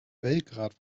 belgrad